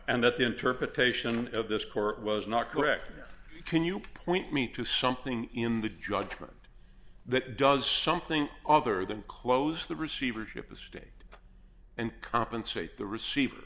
and that the interpretation of this court was not correct can you point me to something in the judgment that does something other than close the receivership the state and compensate the receiver